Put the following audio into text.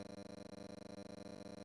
רוי חוזר לדירה